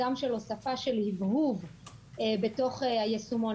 גם של הוספה של הבהוב בתוך היישומון.